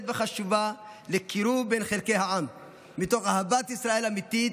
וחשובה לקירוב בין חלקי העם מתוך אהבת ישראל אמיתית,